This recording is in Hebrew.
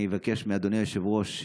ואני מבקש מאדוני היושב-ראש,